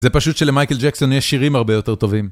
זה פשוט שלמייקל ג'קסון יש שירים הרבה יותר טובים.